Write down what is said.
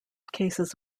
cases